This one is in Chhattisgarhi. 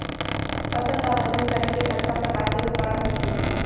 फसल ला वजन करे के कतका प्रकार के उपकरण होथे?